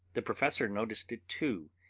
the professor noticed it, too,